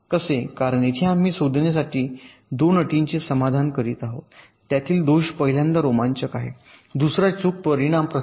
कारण येथे आम्ही शोधण्यासाठीच्या 2 अटींचे समाधान करीत आहोत त्यातील दोष पहिल्यांदाच रोमांचक आहे दुसरा चूक परिणाम प्रसार